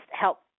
help